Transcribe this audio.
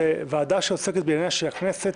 זאת ועדה שעוסקת בעניינים של הכנסת,